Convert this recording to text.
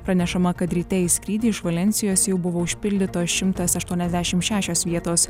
pranešama kad ryte į skrydį iš valensijos jau buvo užpildytos šimtas aštuoniasdešim šešios vietos